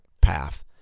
path